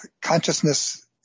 consciousness